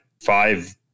five